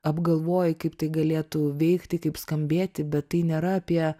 apgalvoji kaip tai galėtų veikti kaip skambėti bet tai nėra apie